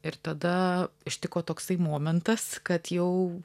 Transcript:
ir tada ištiko toksai momentas kad jau